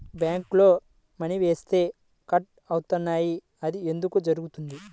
బ్యాంక్లో మని వేస్తే కట్ అవుతున్నాయి అది ఎందుకు జరుగుతోంది?